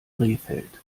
rehfeld